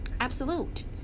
absolute